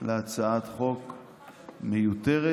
להצעת חוק מיותרת.